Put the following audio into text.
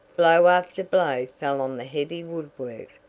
blow after blow fell on the heavy woodwork.